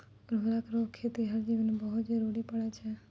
उर्वरक रो खेतीहर जीवन मे बहुत जरुरी पड़ै छै